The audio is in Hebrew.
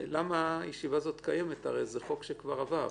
למה הישיבה הזאת מתקיימת, הרי זה חוק שכבר עבר?